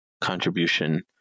contribution